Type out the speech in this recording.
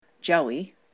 Joey